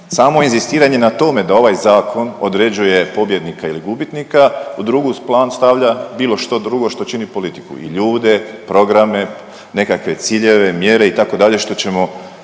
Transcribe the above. Samo inzistiranje na tome da ovaj zakon određuje pobjednika ili gubitnika u drugi plan stavlja bilo što drugo što čini politiku. I ljude, programe, nekakve ciljeve, mjere itd. što ćemo